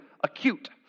acute